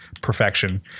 perfection